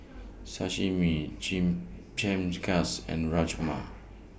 Sashimi Chimichangas and Rajma